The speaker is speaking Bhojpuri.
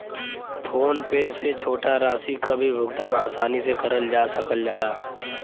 फोन पे से छोटा राशि क भी भुगतान आसानी से करल जा सकल जाला